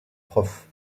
prof